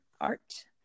Art